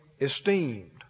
esteemed